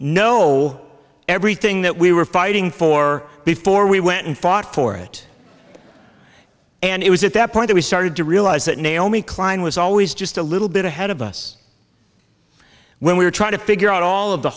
know everything that we were fighting for before we went and fought for it and it was at that point that we started to realize that naomi klein was always just a little bit ahead of us when we were trying to figure out all of the